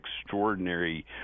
extraordinary